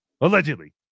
Allegedly